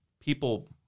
People